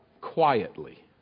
quietly